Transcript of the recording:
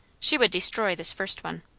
she would destroy this first one.